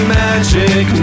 magic